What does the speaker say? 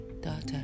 daughter